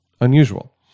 unusual